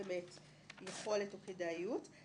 יכולות להיות גם ארבע.